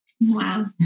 Wow